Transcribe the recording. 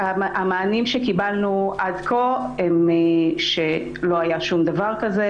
המענים שקיבלנו עד כה הם שלא היה שום דבר כזה,